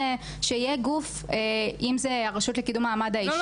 שיהיה גוף אם זה הרשות לקידום מעמד האישה --- לא.